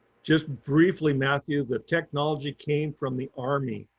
just briefly, matthew, the technology came from the army